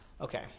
Okay